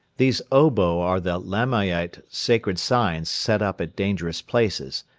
these obo are the lamaite sacred signs set up at dangerous places,